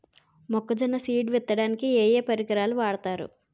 మొక్కజొన్న సీడ్ విత్తడానికి ఏ ఏ పరికరాలు వాడతారు?